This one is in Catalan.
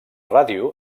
ràdio